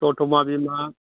दथमा बिमा